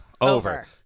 Over